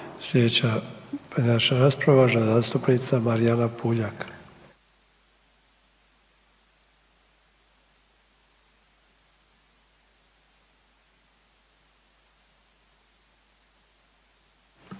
Slijedeća rasprava uvažena zastupnica Marijana Puljak,